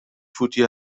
فوتی